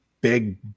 big